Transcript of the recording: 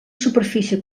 superfície